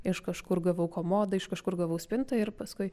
iš kažkur gavau komodą iš kažkur gavau spintą ir paskui